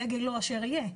יהיה גילו אשר יהיה.